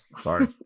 Sorry